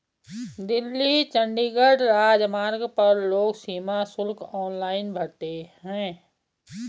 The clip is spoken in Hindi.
दिल्ली चंडीगढ़ राजमार्ग पर लोग सीमा शुल्क ऑनलाइन भरते हैं